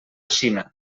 xina